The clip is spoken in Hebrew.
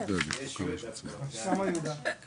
מגיע וכשהוא בא במגע עם המרב"ד והתחושה היא מאוד לא נוחה וזה דבר